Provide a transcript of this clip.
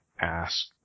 ask